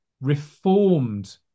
reformed